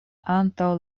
antaŭ